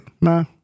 No